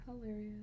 Hilarious